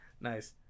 Nice